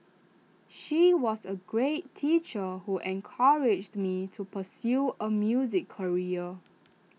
she was A great teacher who encouraged me to pursue A music career